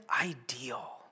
ideal